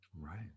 Right